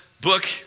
book